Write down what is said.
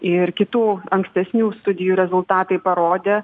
ir kitų ankstesnių studijų rezultatai parodė